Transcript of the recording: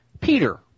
Peter